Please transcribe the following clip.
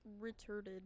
retarded